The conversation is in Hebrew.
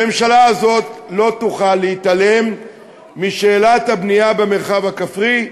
הממשלה הזאת לא תוכל להתעלם משאלת הבנייה במרחב הכפרי,